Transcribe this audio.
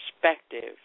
perspective